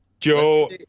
joe